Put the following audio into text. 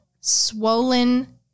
swollen